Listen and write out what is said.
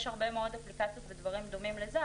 יש הרבה מאוד אפליקציות ודברים דומים לזה,